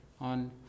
on